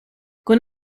con